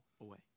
away